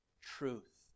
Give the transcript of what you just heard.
truth